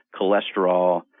cholesterol